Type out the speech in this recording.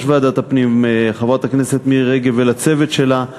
ועדת הפנים חברת הכנסת מירי רגב ולצוות שלה,